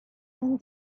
and